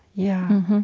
yeah.